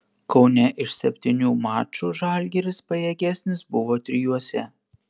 kaune iš septynių mačų žalgiris pajėgesnis buvo trijuose